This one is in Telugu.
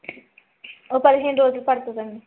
ఓ పదిహేను రోజులు పడుతుంది అండి